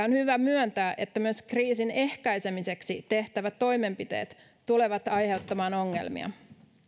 on hyvä myöntää että myös kriisin ehkäisemiseksi tehtävät toimenpiteet tulevat aiheuttamaan ongelmia